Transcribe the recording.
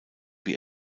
wie